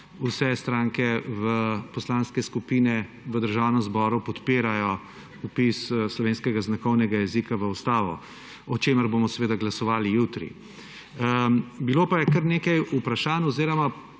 vse stranke, poslanske skupine v Državnem zboru podpirajo vpis slovenskega znakovnega jezika v ustavo, o čemer bomo seveda glasovali jutri. Bilo pa je kar nekaj vprašanj oziroma